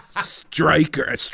Striker